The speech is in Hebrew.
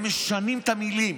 הם משנים את המילים: